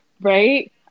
Right